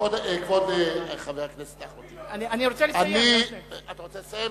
כבוד חבר הכנסת אחמד טיבי, אני רוצה לסיים.